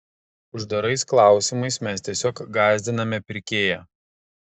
uždarais klausimais mes tiesiog gąsdiname pirkėją